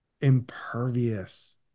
impervious